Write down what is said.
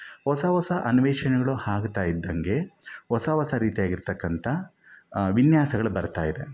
ಹೊಸ ಹೊಸ ಅನ್ವೇಷಣೆಗಳು ಆಗ್ತಾಯಿದ್ದ ಹಾಗೆ ಹೊಸ ಹೊಸ ರೀತಿಯಾಗಿರ್ತಕ್ಕಂಥ ವಿನ್ಯಾಸಗಳು ಬರ್ತಾಯಿದೆ